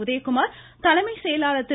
உதயகுமார் தலைமை செயலாளர் திரு